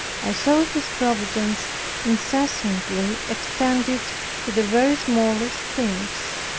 i saw his providence incessantly extended to the very smallest things.